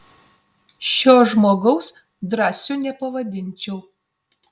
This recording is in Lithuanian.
šio žmogaus drąsiu nepavadinčiau